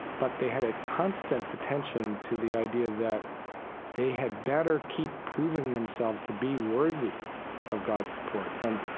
but they had a constant attention to the idea that they had better keep proving themselves to be worthy of god's support. and,